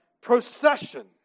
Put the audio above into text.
procession